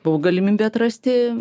buvo galimybė atrasti